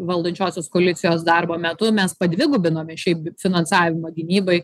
valdančiosios koalicijos darbo metu mes padvigubinome šiaip finansavimą gynybai